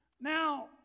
Now